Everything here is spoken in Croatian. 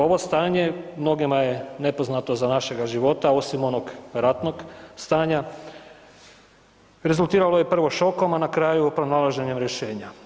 Ovo stanje mnogima je nepoznato za našega života, osim onog ratnog stanja, rezultiralo je prvo šokom, a na kraju pronalaženjem rješenja.